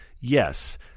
yes